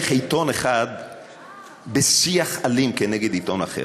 איך עיתון אחד בשיח אלים כנגד עיתון אחר.